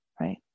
right